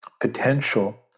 potential